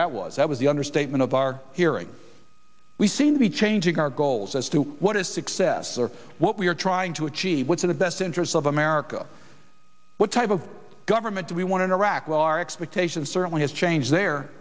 that was that was the understatement of our hearing we seem to be changing our goals as to what is success or what we are trying to achieve what's in the best interests of america what type of government do we want in iraq our expectations certain has changed the